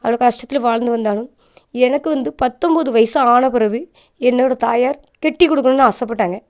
அவ்வளோ கஷ்டத்தில் வாழ்ந்து வந்தாலும் எனக்கு வந்து பத்தொம்போது வயசு ஆன பிறவு என்னோடய தாயார் கட்டி கொடுக்கணுன்னு ஆசைப்பட்டாங்க